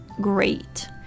great